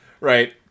Right